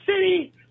City